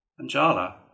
Anjala